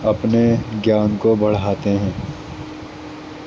اپنے گیان کو بڑھاتے ہیں